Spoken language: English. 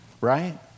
right